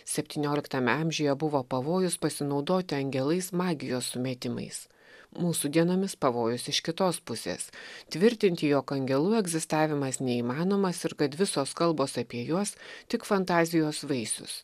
septynioliktame amžiuje buvo pavojus pasinaudoti angelais magijos sumetimais mūsų dienomis pavojus iš kitos pusės tvirtinti jog angelų egzistavimas neįmanomas ir kad visos kalbos apie juos tik fantazijos vaisius